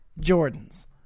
Jordans